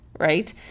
right